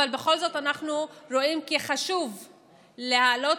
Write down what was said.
אבל בכל זאת אנחנו רואים חשיבות בהעלאת